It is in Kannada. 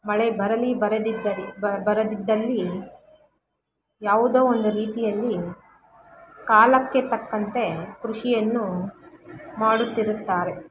ಮಳೆ ಬರಲಿ ಬರದಿದ್ದಲ್ಲಿ ಬರದಿದ್ದಲ್ಲಿ ಯಾವುದೋ ಒಂದು ರೀತಿಯಲ್ಲಿ ಕಾಲಕ್ಕೆ ತಕ್ಕಂತೆ ಕೃಷಿಯನ್ನು ಮಾಡುತ್ತಿರುತ್ತಾರೆ